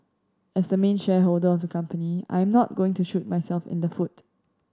as the main shareholder of the company I am not going to shoot myself in the foot